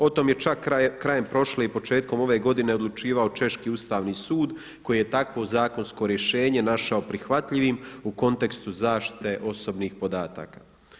O tome je čak krajem prošle i početkom ove godine odlučivao češki Ustavni sud koji je takvo zakonsko rješenje našao prihvatljivim u kontekstu zaštite osobnih podataka.